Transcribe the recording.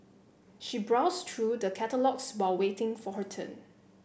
she browsed through the catalogues while waiting for her turn